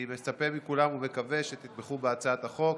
אני מצפה מכולם ומקווה שתתמכו בהצעת החוק.